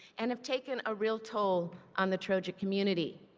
and have taken a real toll on the trojan community.